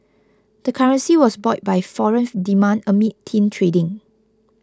the currency was buoyed by foreign demand amid thin trading